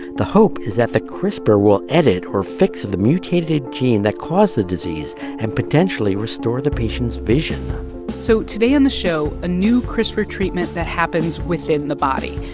the hope is that the crispr will edit or fix the mutated gene that caused the disease and potentially restore the patient's vision so today on the show, a new crispr treatment that happens within the body.